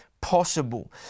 possible